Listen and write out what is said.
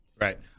Right